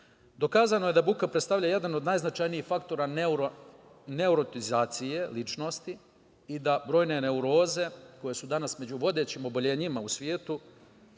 aviona. Dokazano je da buka predstavlja jedan od najznačajnijih faktora neurotizacije ličnosti i da su brojne neuroze, koje su danas među vodećim oboljenjima u svetu,